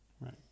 right